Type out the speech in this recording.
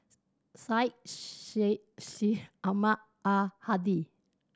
Syed Sheikh She Ahmad Al Hadi